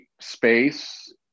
space